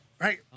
Right